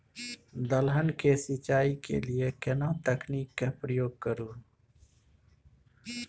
दलहन के सिंचाई के लिए केना तकनीक के प्रयोग करू?